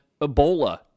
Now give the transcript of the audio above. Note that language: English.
Ebola